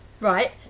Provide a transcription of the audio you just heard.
right